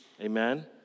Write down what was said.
Amen